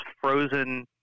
frozen